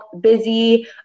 busy